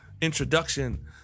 introduction